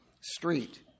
street